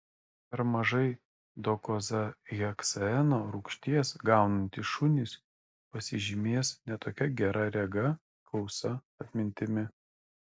per mažai dokozaheksaeno rūgšties gaunantys šunys pasižymės ne tokia gera rega klausa atmintimi